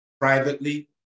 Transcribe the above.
privately